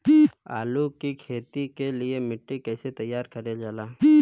आलू की खेती के लिए मिट्टी कैसे तैयार करें जाला?